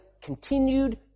continued